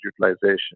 utilization